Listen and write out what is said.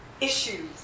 issues